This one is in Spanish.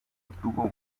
obtuvo